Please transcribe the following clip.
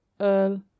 earl